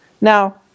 Now